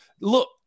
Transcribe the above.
look